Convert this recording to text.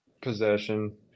possession